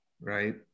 right